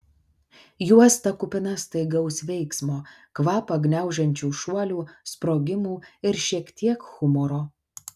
juosta kupina staigaus veiksmo kvapą gniaužiančių šuolių sprogimų ir šiek tiek humoro